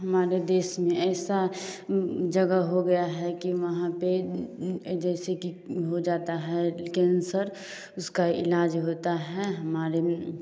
हमारे देश में ऐसी जगह हो गई है कि वहाँ पर जैसे कि हो जाता है कैंसर उसका इलाज होता है हमारे में